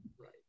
right